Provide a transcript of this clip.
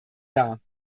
dar